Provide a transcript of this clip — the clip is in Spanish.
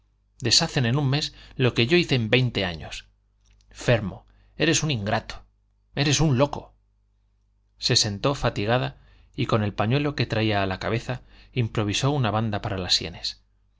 deshacen en un mes lo que yo hice en veinte años fermo eres un ingrato eres un loco se sentó fatigada y con el pañuelo que traía a la cabeza improvisó una banda para las sienes